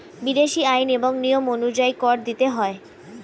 বিদেশী আইন এবং নিয়ম অনুযায়ী কর দিতে হয়